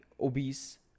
obese